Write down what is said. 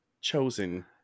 chosen